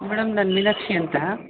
madam ನಾನು ಮೀನಾಕ್ಷಿ ಅಂತ